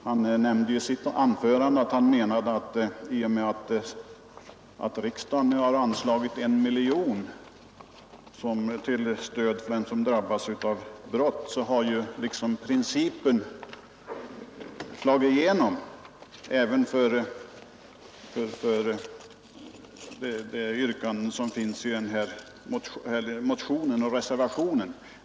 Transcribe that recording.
Herr talman! Herr Wiklund i Stockholm menade i sitt anförande att i och med att riksdagen nu har anslagit 1 miljon till stöd för dem som drabbas av brott, så har principen slagit igenom även när det gäller ifrågavarande motionsyrkande och reservationsyrkande.